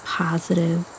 positive